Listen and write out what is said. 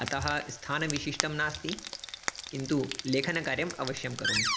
अतः स्थानविशिष्टं नास्ति किन्तु लेखनकार्यम् अवश्यं करोमि